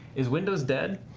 is windows dead?